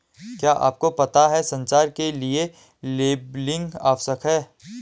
क्या आपको पता है संचार के लिए लेबलिंग आवश्यक है?